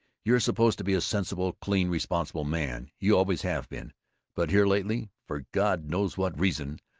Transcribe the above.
you're supposed to be a sensible, clean, responsible man you always have been but here lately, for god knows what reason,